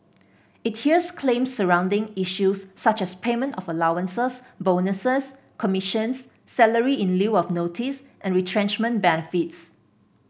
it hears claims surrounding issues such as payment of allowances bonuses commissions salary in lieu of notice and retrenchment benefits